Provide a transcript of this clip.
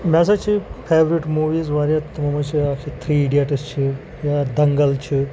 مےٚ ہَسا چھِ فیورِٹ موٗویٖز واریاہ تِمو منٛز چھِ اَکھ چھِ تھِرٛی ایٖڈیَٹٕز چھِ یا دَنٛگَل چھُ